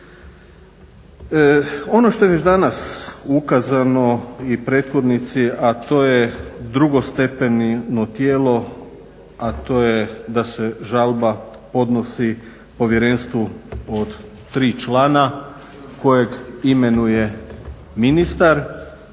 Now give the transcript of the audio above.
Ono što je već danas ukazano i prethodnici, a to je drugostepeno tijelo, a to je da se žalba podnosi povjerenstvu od tri člana koje imenuje ministar